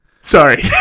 sorry